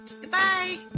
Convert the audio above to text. Goodbye